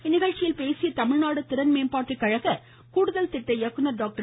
இந்நிகழ்ச்சியில் பேசிய தமிழ்நாடு திறன் மேம்பாட்டு கழக கூடுதல் திட்ட இயக்குனர் டாக்டர்